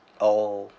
oh